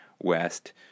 West